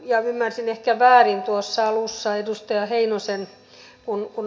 ja ymmärsin ehkä väärin tuossa alussa edustaja heinosen